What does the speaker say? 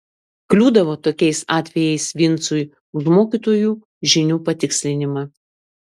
kliūdavo tokiais atvejais vincui už mokytojų žinių patikslinimą